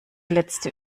letzte